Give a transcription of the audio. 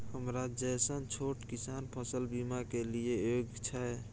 हमरा जैसन छोट किसान फसल बीमा के लिए योग्य छै?